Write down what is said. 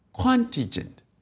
contingent